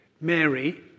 Mary